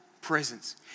Presence